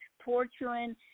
torturing